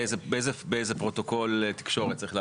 באיזה פרוטוקול תקשורת צריך להעביר,